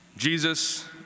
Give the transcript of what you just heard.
Jesus